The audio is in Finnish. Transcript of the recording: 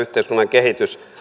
kehitys